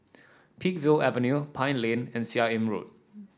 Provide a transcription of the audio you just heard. Peakville Avenue Pine Lane and Seah Im Road